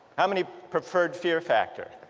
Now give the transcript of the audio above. how many preferred fear factor?